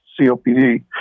COPD